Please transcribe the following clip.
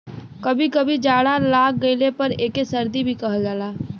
कभी कभी जाड़ा लाग गइले पर एके सर्दी भी कहल जाला